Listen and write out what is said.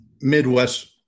Midwest –